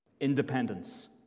Independence